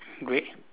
grey